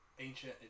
ancient